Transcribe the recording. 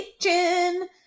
kitchen